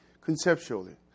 conceptually